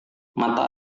mata